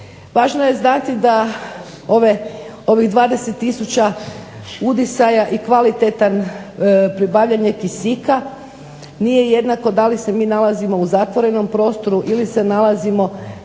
Važnost je znati da ovih 20 tisuća udisaja i kvalitetan pribavljanje kisika, nije jednako da li se mi nalazimo u zatvorenom prostoru ili se nalazimo